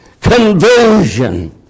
conversion